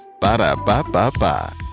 Ba-da-ba-ba-ba